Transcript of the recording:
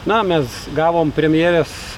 na mes gavom premjerės